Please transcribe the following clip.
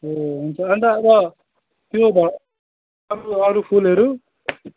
ए हुन्छ अन्त अब त्यो भयो अरू अरू फुलहरू